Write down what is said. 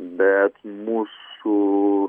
bet mūsų